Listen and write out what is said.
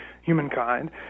humankind